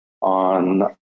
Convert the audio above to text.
on